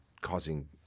causing